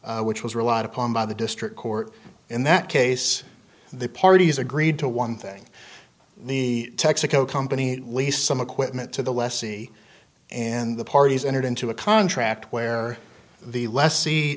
case which was relied upon by the district court in that case the parties agreed to one thing the texaco company least some equipment to the lessee and the parties entered into a contract where the less